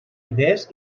idees